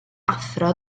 athro